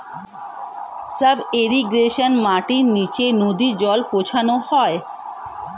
sub irrigation মাটির নিচে নদী জল পৌঁছানো হয়